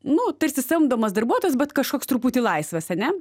nu tarsi samdomas darbuotojas bet kažkoks truputį laisvas ane